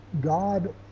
God